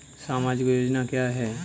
सामाजिक योजना क्या है?